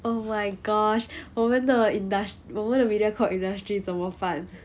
oh my gosh 我们的 industry 我们的 mediacorp industry 怎么办